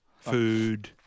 food